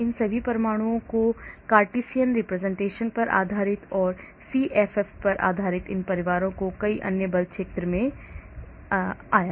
यह सभी परमाणुओं के Cartesian representation पर आधारित है और फिर CFF पर आधारित इन परिवार के कई अन्य बल क्षेत्र में आया